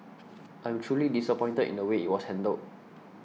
I'm truly disappointed in the way it was handled